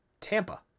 Tampa